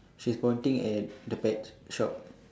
she's pointing at the pet shop